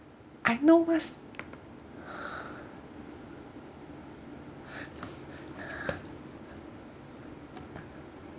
I know was